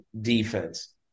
defense